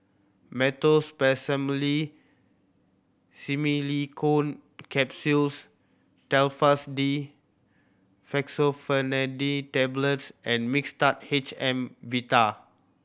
Meteospasmyl Simeticone Capsules Telfast D Fexofenadine Tablets and Mixtard H M